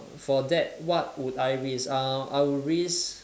for that what would I risk uh I would risk